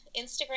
Instagram